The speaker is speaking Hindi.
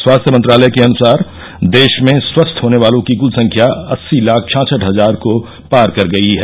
स्वास्थ्य मंत्रालय के अनुसार देश में स्वस्थ होने वालों की कृल संख्या अस्सी लाख छाछठ हजार को पार कर गई है